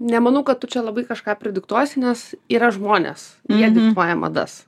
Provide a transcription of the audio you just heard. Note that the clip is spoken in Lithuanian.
nemanau kad tu čia labai kažką pridiktuosi nes yra žmonės jie diktuoja madas